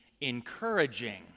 encouraging